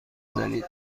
بزنید